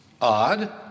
Odd